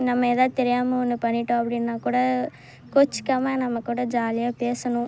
நம்ம எதோ தெரியாமல் ஒன்று பண்ணிவிட்டோம் அப்டின்னா கூட கோச்சிக்காமல் நம்ம கூட ஜாலியாக பேசணும்